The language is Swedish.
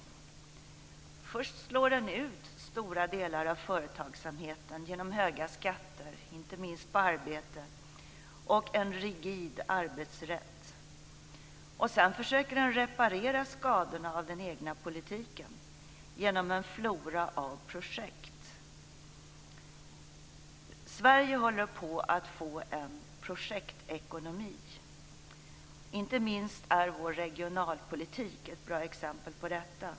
Först slår den ut stora delar av företagsamheten genom höga skatter, inte minst på arbete, och en rigid arbetsrätt. Sedan försöker den reparera skadorna av den egna politiken genom en flora av projekt. Sverige håller på att få en projektekonomi. Inte minst vår regionalpolitik är ett bra exempel på detta.